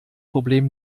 problem